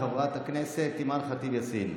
חברת הכנסת אימאן ח'טיב יאסין,